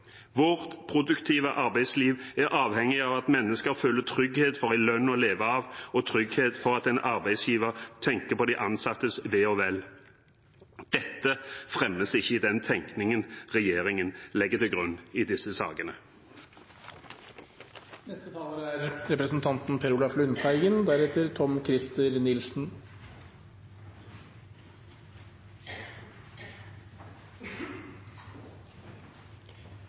Vårt produktive arbeidsliv er avhengig av at mennesker føler trygghet for at de har en lønn å leve av, og trygghet for at en arbeidsgiver tenker på de ansattes ve og vel. Dette fremmes ikke i tenkningen regjeringen legger til grunn i disse sakene.